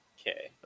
Okay